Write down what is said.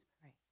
pray